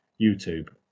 YouTube